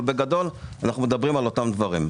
אבל בגדול אנחנו מדברים על אותם הדברים.